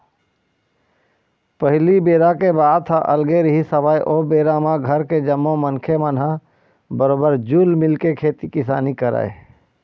पहिली बेरा के बात ह अलगे रिहिस हवय ओ बेरा म घर के जम्मो मनखे मन ह बरोबर जुल मिलके खेती किसानी करय